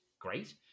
great